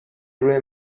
روی